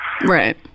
Right